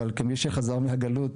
אבל כמי שחזר מהגלות,